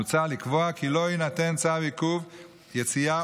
מוצע לקבוע כי לא יינתן צו עיכוב יציאה,